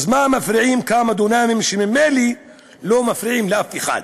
אז מה מפריעים כמה דונמים שממילא לא מפריעים לאף אחד?